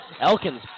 Elkins